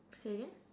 say again